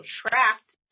trapped